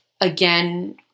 again